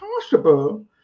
possible